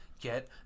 get